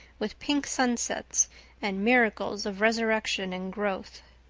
with pink sunsets and miracles of resurrection and growth.